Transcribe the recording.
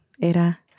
era